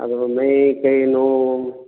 ಅದು ಬಂದು ಮೈ ಕೈ ನೋವು